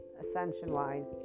ascension-wise